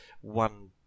one